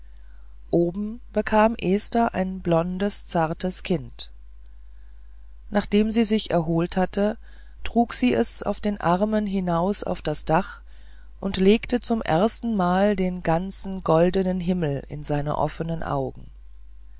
oben bekam esther ein blondes zartes kind nachdem sie sich erholt hatte trug sie es auf den armen hinaus auf das dach und legte zum erstenmal den ganzen goldenen himmel in seine offenen augen